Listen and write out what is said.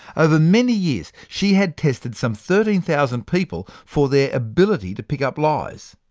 over many years, she had tested some thirteen thousand people for their ability to pick up lies.